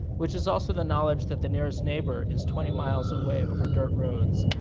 which is also the knowledge that the nearest neighbour is twenty miles away over dirt roads,